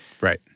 Right